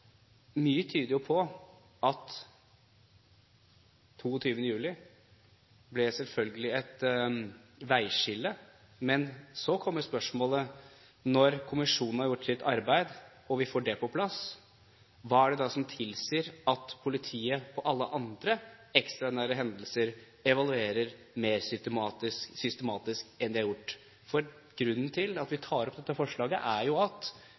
Mye tyder på at 22. juli selvfølgelig ble et veiskille, men så kommer spørsmålet: Når kommisjonen har gjort sitt arbeid, og vi får dét på plass, hva er det da som tilsier at politiet ved alle andre ekstraordinære hendelser evaluerer mer systematisk enn de har gjort? Grunnen til at vi tar opp dette forslaget, er jo at